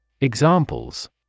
Examples